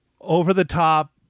over-the-top